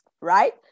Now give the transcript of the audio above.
right